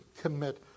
commit